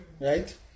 Right